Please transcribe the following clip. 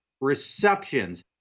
receptions